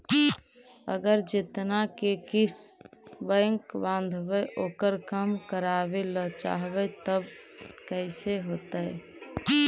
अगर जेतना के किस्त बैक बाँधबे ओकर कम करावे ल चाहबै तब कैसे होतै?